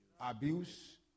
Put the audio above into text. Abuse